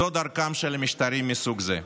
זו דרכם של משטרים מסוג זה.